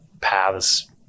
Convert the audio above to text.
paths